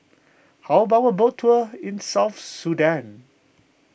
how about a boat tour in South Sudan